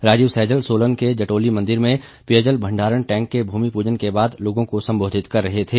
राजीव सैजल सोलन के जटोली मंदिर में पेयजल भंडारण टैंक के भूमि पूजन के बाद लोगों को संबोधित कर रहे थे